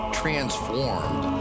transformed